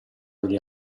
degli